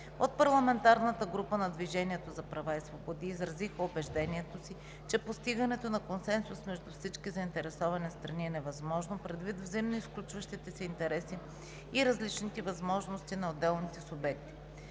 От парламентарната група на „Движението за права и свободи“ изразиха убеждението си, че постигането на консенсус между всички заинтересовани страни е невъзможно предвид взаимоизключващите се интереси и различните възможности на отделните субекти.